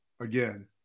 again